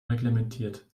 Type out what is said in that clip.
reglementiert